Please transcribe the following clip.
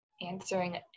answering